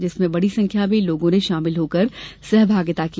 जिसमें बडी संख्या में लोगों ने शामिल होकर सहभागिता की